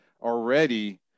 already